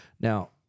Now